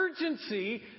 urgency